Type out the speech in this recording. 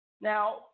Now